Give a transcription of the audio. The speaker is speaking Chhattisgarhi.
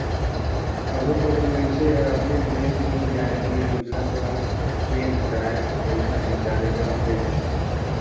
कभों कभों मइनसे हर अपनेच बेंक नी जाए के दूसर ल चेक धराए के पइसा हिंकाले बर भेज देथे